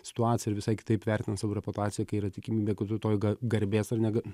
situaciją ir visai kitaip vertina savo reputaciją kai yra tikimybė kad tu toj ga garbės ar ne ga